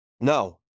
no